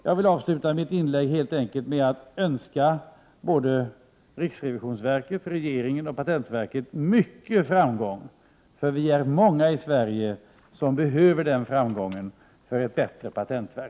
Jag vill avsluta mitt inlägg helt enkelt med att önska både riksrevisionsverket, regeringen och patentverket mycket framgång, för vi är många i Sverige som skulle ha glädje av att vi fick ett bättre patentverk.